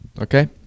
okay